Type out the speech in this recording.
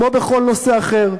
כמו בכל נושא אחר.